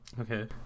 Okay